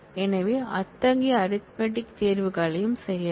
எனவே அத்தகைய அரித்மெடிக் தேர்வுகளையும் செய்யலாம்